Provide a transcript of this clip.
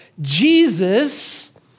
Jesus